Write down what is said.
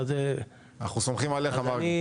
אנחנו סומכים עליך, מרגי.